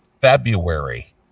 February